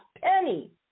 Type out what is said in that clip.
penny